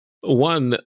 One